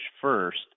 first